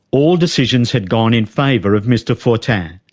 all decisions had gone in favour of mr fortin,